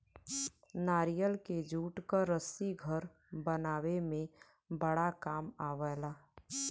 नारियल के जूट क रस्सी घर बनावे में बड़ा काम आवला